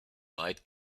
night